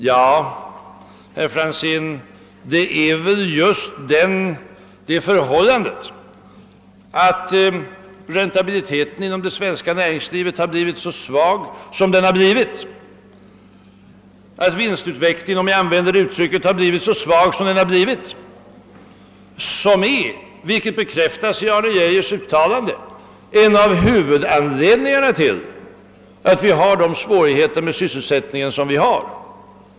Ja, herr Franzén, det är väl just det förhållandet att räntabiliteten — eller vinstutvecklingen, om jag får använda det uttrycket — inom det svenska nä ringslivet blivit så svag som än en av huvudanledningarna till att vi har dessa svårigheter med sysselsättningen. Detta bekräftas ju också av herr Geijers uttalande.